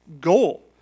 goal